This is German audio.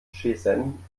shenzhen